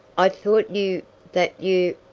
i thought you that you